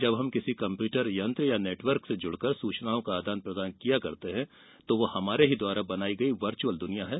जबकि हम किसी कम्प्यूटर यंत्र या नेटवर्क से जुड़कर सूचनाओं का आदान प्रदान करते है वह हमारे ही द्वारा बनाई गई वर्चअल दूनिया है